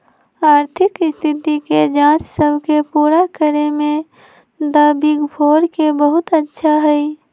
आर्थिक स्थिति के जांच सब के पूरा करे में द बिग फोर के बहुत अच्छा हई